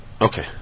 okay